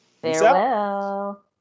Farewell